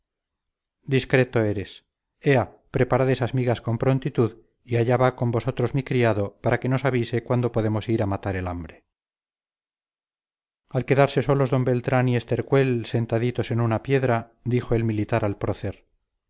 discreto eres ea preparad esas migas con prontitud y allá va con vosotros mi criado para que nos avise cuándo podemos ir a matar el hambre al quedarse solos d beltrán y estercuel sentaditos en una piedra dijo el militar al prócer